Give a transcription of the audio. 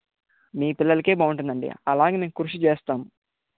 మీ పిల్లలకే బాగుంటుందండి అలాగే మేం కృషి చేస్తాము